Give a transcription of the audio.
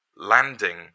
landing